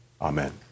Amen